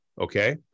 okay